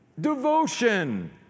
Devotion